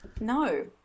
No